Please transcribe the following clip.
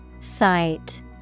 Sight